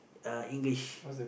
uh English